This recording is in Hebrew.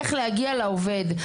איך להגיע לעובד,